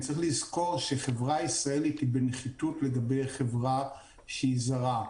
צריך לזכור שחברה ישראלית היא בנחיתות לגבי חברה זרה,